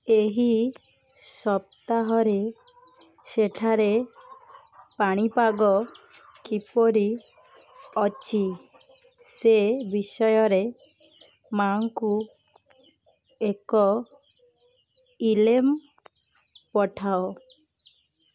ଏହି ସପ୍ତାହରେ ସେଠାରେ ପାଣିପାଗ କିପରି ଅଛି ସେ ବିଷୟରେ ମା'ଙ୍କୁ ଏକ ଇ ମେଲ୍ ପଠାଅ